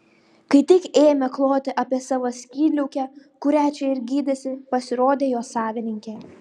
kai tik ėmė kloti apie savo skydliaukę kurią čia ir gydėsi pasirodė jo savininkė